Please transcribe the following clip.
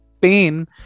pain